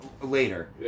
later